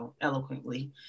eloquently